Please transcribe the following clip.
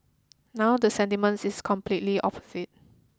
now the sentiment is completely opposite